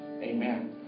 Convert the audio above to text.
amen